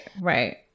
Right